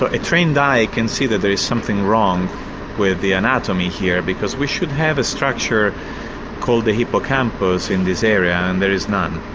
ah a trained eye can see there's something wrong with the anatomy here because we should have a structure called the hippocampus in this area and there is none.